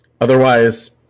otherwise